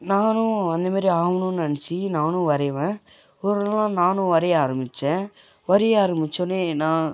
நானும் அந்த மாரி ஆகுணுன்னு நினச்சி நானும் வரைவேன் ஓரளவு நானும் வரைய ஆரமிச்சேன் வரைய ஆரமிச்சொன்னே நான்